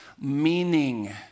meaning